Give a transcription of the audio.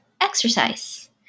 exercise